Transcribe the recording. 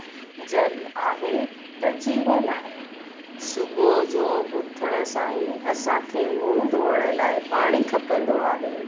जल आहे त जीवन आहे सुबुह जो उथण सां ई असांखे मुंहुं धोअण लाइ पाणी खपंदो आहे